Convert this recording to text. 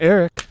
Eric